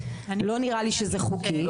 לא נראה לי שזה חוקי.